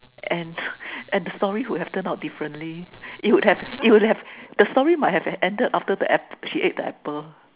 and and the story would have turned out differently it would have it would have the story might have ended after the app~ she ate the apple